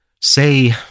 say